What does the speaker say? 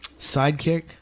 Sidekick